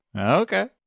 Okay